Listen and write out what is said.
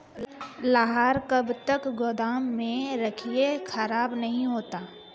लहार कब तक गुदाम मे रखिए खराब नहीं होता?